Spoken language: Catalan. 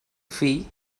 fill